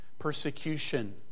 persecution